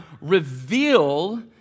reveal